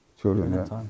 Children